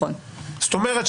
זאת אומרת,